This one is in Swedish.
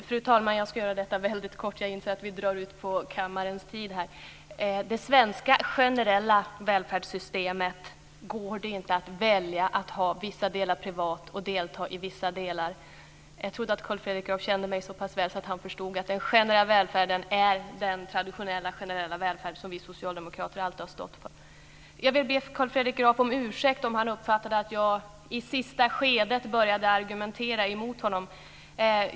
Fru talman! Jag ska göra detta väldigt kort. Jag inser att vi drar ut på kammarens tid. I det svenska generella välfärdssystemet går det inte att välja att delta i vissa delar och sköta andra delar privat. Jag trodde att Carl Fredrik Graf kände mig såpass väl att han förstod att den generella välfärden är den traditionella generella välfärd som vi socialdemokrater alltid har stått för. Jag vill be Carl Fredrik Graf om ursäkt om han uppfattade att jag i sista skedet började argumentera emot honom.